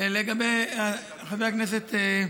חבר הכנסת,